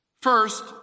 First